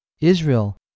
israel